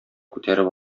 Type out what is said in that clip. күтәреп